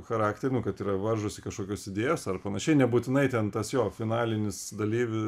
charakterį nu kad yra varžosi kažkokios idėjos ar panašiai nebūtinai ten tas jo finalinis dalyvių